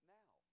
now